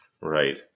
Right